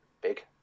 big